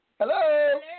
Hello